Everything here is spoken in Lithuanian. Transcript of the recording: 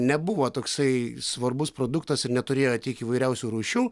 nebuvo toksai svarbus produktas ir neturėjo tiek įvairiausių rūšių